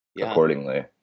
Accordingly